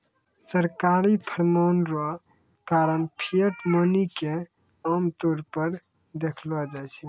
सरकारी फरमान रो कारण फिएट मनी के आमतौर पर देखलो जाय छै